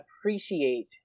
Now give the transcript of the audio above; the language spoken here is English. appreciate